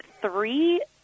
three